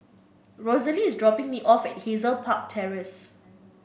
Rosalie is dropping me off at Hazel Park Terrace